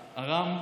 הרם,